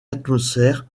atmosphère